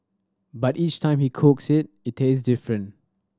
but each time he cooks it it taste different